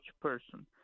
person